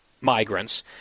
migrants